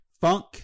Funk